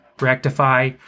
rectify